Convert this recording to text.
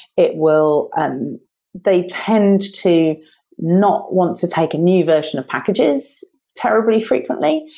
it will um they tend to not want to take a new version of packages terribly frequently,